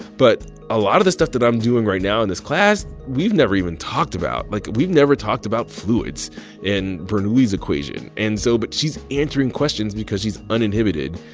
but a lot of the stuff that i'm doing right now in this class, we've never even talked about. like, we've never talked about fluids in bernoulli's equation. and so but she's answering questions because she's uninhibited,